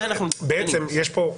בעצם יש כאן